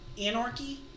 anarchy